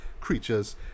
creatures